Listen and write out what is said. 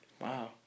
Wow